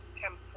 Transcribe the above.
temple